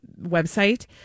website